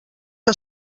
que